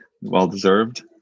Well-deserved